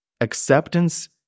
Acceptance